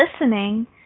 listening